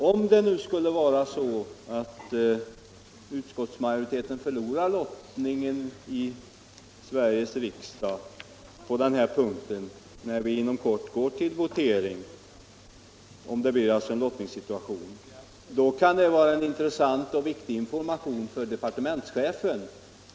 Om det nu skulle bli så att utskottsmajoriteten förlorar lottningen i Sveriges riksdag på den här punkten när vi inom kort går till votering, förutsatt att det blir en lottningssituation, kan det vara en intressant och viktig information för departementschefen.